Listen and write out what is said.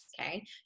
okay